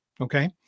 okay